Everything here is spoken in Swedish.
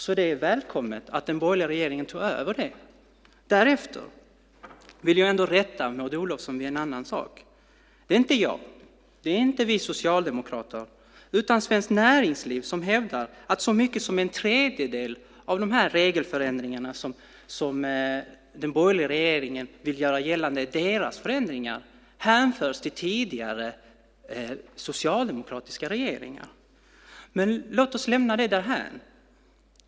Så det är välkommet att den borgerliga regeringen tog över det. Därefter vill jag ändå rätta Maud Olofsson i en sak. Det är inte jag eller vi socialdemokrater utan Svenskt Näringsliv som hävdar att så mycket som en tredjedel av de regelförändringar som den borgerliga regeringen vill göra gällande är deras kan hänföras till tidigare socialdemokratiska regeringar. Men låt oss lämna det därhän.